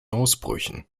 ausbrüchen